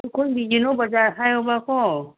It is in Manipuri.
ꯎꯈ꯭ꯔꯨꯜꯒꯤ ꯌꯦꯜꯂꯣ ꯕꯥꯖꯥꯔ ꯍꯥꯏꯌꯣꯕꯀꯣ